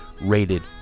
Rated